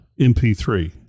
mp3